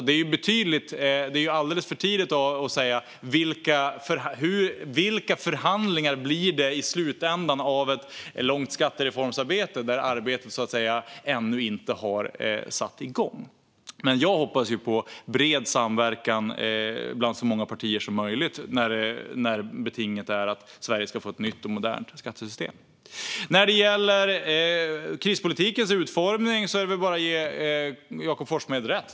Det är alltså alldeles för tidigt att säga vilka förhandlingar det i slutändan blir av ett långt skattereformsarbete där arbetet ännu inte har satt igång. Men jag hoppas på bred samverkan bland så många partier som möjligt när betinget är att Sverige ska få ett nytt och modernt skattesystem. När det gäller krispolitikens utformning kan jag bara ge Jakob Forssmed rätt.